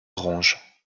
orange